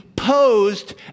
posed